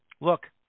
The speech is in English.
Look